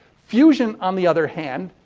fusion, on the other hand,